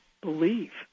believe